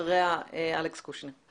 אחריה אלכס קושניר.